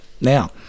now